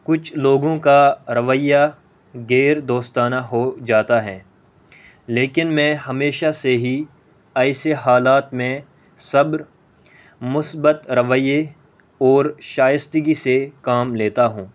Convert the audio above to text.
کچھ لوگوں کا رویہ غیر دوستانہ ہو جاتا ہے لیکن میں ہمیشہ سے ہی ایسے حالات میں صبر مثبت رویہ اور شائستگی سے کام لیتا ہوں